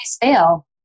fail